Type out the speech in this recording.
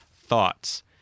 Thoughts